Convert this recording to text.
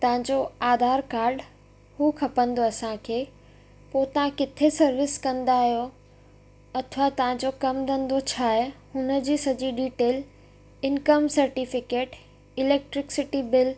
तव्हांजो आधार कार्ड हू खपंदो असांखे पोइ तव्हां किथे सर्विस कंदा आहियो अथवा तव्हांजो कमु धंधो छा आहे हुन जी सॼी detail income certificate electricity bill